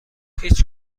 هیچ